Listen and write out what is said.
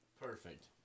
Perfect